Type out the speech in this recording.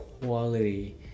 quality